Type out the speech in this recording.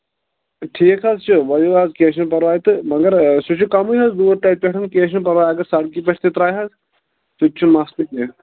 ٹھیٖک حظ چھُ ؤلِو حظ کیٚنٛہہ چھُنہٕ پَرواے تہٕ مگر سُہ چھُ کَمٕے حظ دوٗر تَتہِ پٮ۪ٹھ کیٚنٛہہ چھُنہٕ پَرواے اگر سڑکہِ پٮ۪ٹھ تہِ ترٛایہِ حظ سُہ تہِ چھُنہٕ مَسلہٕ کیٚنٛہہ